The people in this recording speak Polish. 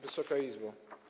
Wysoka Izbo!